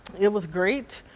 it was great.